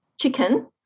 chicken